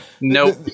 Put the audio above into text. Nope